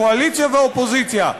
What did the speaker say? קואליציה ואופוזיציה,